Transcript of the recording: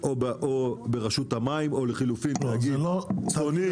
או ברשות המים או לחילופין תאגיד צפוני,